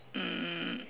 um